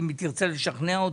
אם היא תרצה לשכנע אותי,